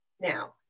Now